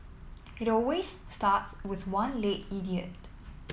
it always starts with one late idiot